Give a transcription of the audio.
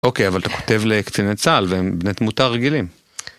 אוקיי, אבל אתה כותב לקציני צה"ל, והם בני תמותה רגילים.